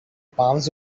palms